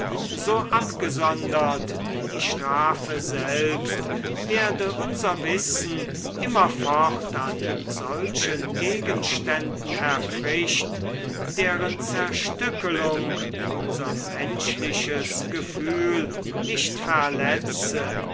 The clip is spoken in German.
so abgesondert wie die strafe selbst werde unser wissen immerfort an solchen gegenständen erfrischt deren zerstückelung unser menschliches gefühl nicht verletze